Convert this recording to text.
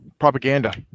Propaganda